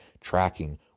tracking